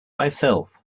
myself